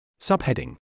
Subheading